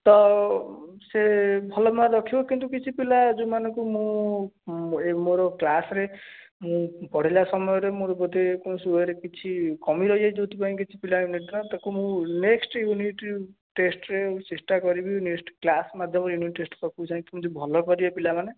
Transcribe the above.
ତ ସେ ଭଲ ମାର୍କ୍ ରଖିବ କିନ୍ତୁ କିଛି ପିଲା ଯେଉଁମାନଙ୍କୁ ମୁଁ ଏ ମୋର କ୍ଲାସ୍ରେ ମୁଁ ପଢ଼ାଇଲା ସମୟରେ ମୋର ବୋଧେ କୌଣସି ୱେରେ କିଛି କମି ରହିଯାଇଥିବ ଯେଉଁଥିପାଇଁ କିଛି ପିଲା ତାକୁ ମୁଁ ନେକ୍ସଟ୍ ୟୁନିଟ୍ ଟେଷ୍ଟ୍ରେ ଚେଷ୍ଟା କରିବି ନେକ୍ସଟ୍ କ୍ଲାସ୍ ମାଧ୍ୟମରେ ୟୁନିଟ୍ ଟେଷ୍ଟ୍ ପାଖକୁ ଯାଇକି ଭଲ କରିବେ ପିଲାମାନେ